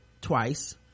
twice